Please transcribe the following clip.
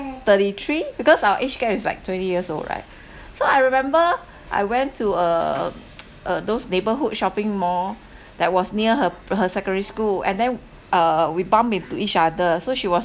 thirty three because our age gap is like twenty years old right so I remember I went to um uh those neighborhood shopping mall that was near her her secondary school and then uh we bump into each other so she was